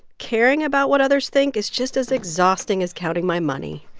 caring about what others think is just as exhausting as counting my money